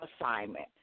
assignment